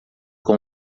com